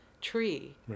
tree